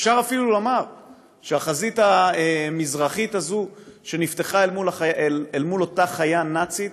אפשר אפילו לומר שהחזית המזרחית הזאת שנפתחה אל מול אותה חיה נאצית